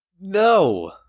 No